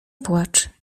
płacz